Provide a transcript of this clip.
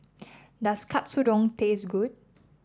does Katsudon taste good